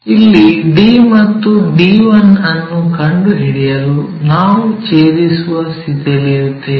ಇಲ್ಲಿ d ಮತ್ತು d 1 ಅನ್ನು ಕಂಡುಹಿಡಿಯಲು ನಾವು ಛೇದಿಸುವ ಸ್ಥಿತಿಯಲ್ಲಿರುತ್ತೇವೆ